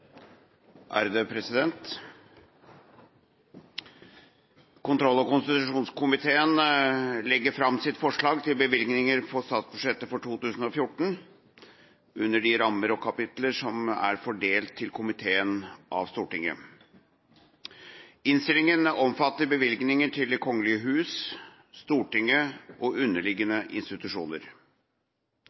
om ordet. Kontroll- og konstitusjonskomiteen legger fram sitt forslag til bevilgninger på statsbudsjettet for 2014 under de rammer og kapitler som er fordelt til komiteen av Stortinget. Innstillinga omfatter bevilgninger til Det kongelige hus, Stortinget og underliggende institusjoner.